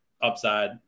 upside